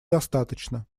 достаточно